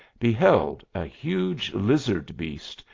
beheld a huge lizard beast,